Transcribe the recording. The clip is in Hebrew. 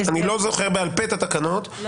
אני לא זוכר בעל-פה את התקנות -- "לא